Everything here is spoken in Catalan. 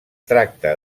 tracta